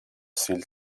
sil